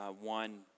one